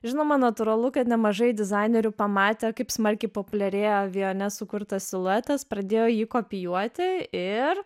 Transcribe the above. žinoma natūralu kad nemažai dizainerių pamatę kaip smarkiai populiarėja vijonė sukurtas siluetas pradėjo jį kopijuoti ir